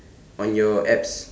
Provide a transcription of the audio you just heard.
on your abs